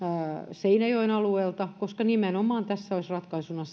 seinäjoen alueelta koska tässä olisi ratkaisuna